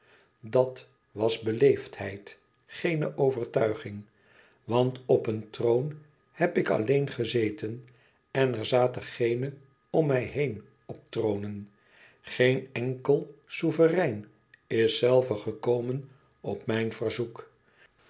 dat was beleefdheid geene overtuiging want op een troon heb ik alleen gezeten en er zaten geene om mij heen op tronen geen enkel souverein is zelve gekomen op mijn verzoek